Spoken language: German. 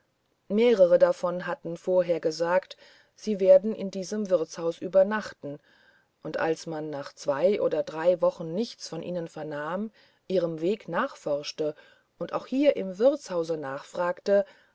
mehrere davon hatten vorher gesagt sie werden in diesem wirtshaus übernachten und als man nach zwei oder drei wochen nichts von ihnen vernahm ihrem weg nachforschte und auch hier im wirtshause nachfragte